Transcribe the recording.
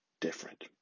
different